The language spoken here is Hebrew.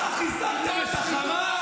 אם לא השחיתות --- בלי תואר ראשון.